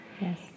Yes